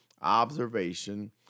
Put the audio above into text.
observation